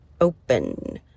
open